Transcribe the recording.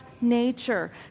nature